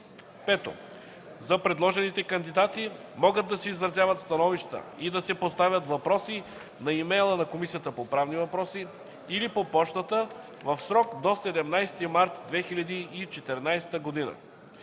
5. За предложените кандидати могат да се изразяват становища и да се поставят въпроси на имейла на Комисията по правни въпроси или по пощата в срок до 17 март 2014 г.